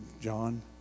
John